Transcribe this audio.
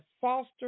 foster